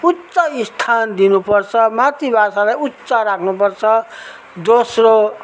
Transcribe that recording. उच्च स्थान दिनुपर्छ मातृभाषालाई उच्च राख्नुपर्छ दोस्रो